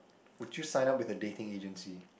would you sign up with a dating agency